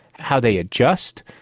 how they adjust,